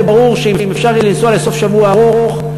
הרי ברור שאם אפשר יהיה לנסוע לסוף שבוע ארוך,